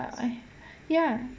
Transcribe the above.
ya